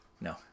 no